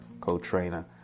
co-trainer